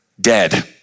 dead